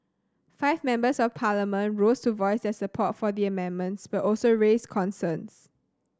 five Members of Parliament rose to voice their support for the amendments but also raised concerns